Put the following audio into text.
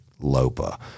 Lopa